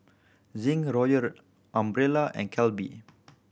Zinc Royal Umbrella and Calbee